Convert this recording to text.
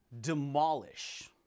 demolish